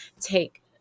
take